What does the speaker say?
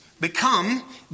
become